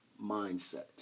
mindset